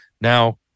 Now